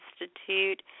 Institute